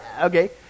Okay